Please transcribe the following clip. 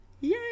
Yay